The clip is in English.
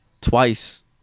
Twice